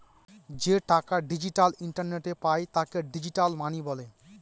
যে টাকা ডিজিটাল ইন্টারনেটে পায় তাকে ডিজিটাল মানি বলে